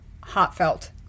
Heartfelt